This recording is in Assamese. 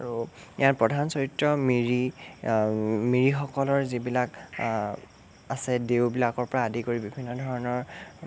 আৰু ইয়াৰ প্ৰধান চৰিত্ৰ মিৰি মিৰিসকলৰ যিবিলাক আছে দেওবিলাকৰপৰা আদি কৰি বিভিন্ন ধৰণৰ